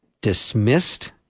dismissed